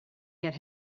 get